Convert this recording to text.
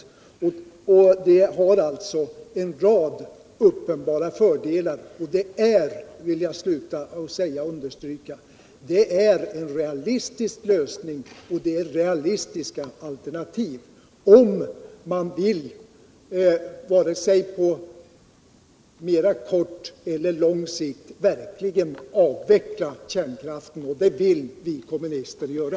En sådan satsning har alltså en rad uppenbara fördelar och det är, jag vill sluta med att understryka det, en realistisk lösning och realistiska alternativ — om man verkligen på kort och lång sikt vill avveckla kärnkraften, och det vill vi kommunister göra.